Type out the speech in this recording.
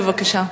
בבקשה.